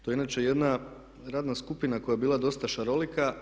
To je inače jedna radna skupina koja je bila dosta šarolika.